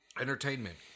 Entertainment